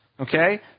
okay